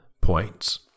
points